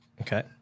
Okay